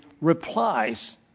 replies